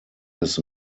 his